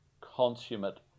consummate